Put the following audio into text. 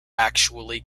actually